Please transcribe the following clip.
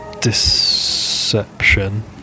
Deception